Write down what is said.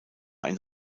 ein